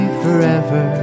forever